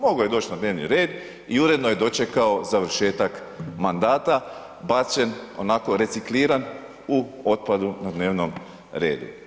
Moglo je doći na dnevni red i uredno je dočekao završetak mandata, bačen, onako recikliran u otpadu na dnevnom redu.